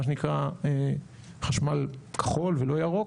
מה שנקרא חשמל כחול ולא ירוק,